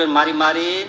Mari-Mari